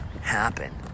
happen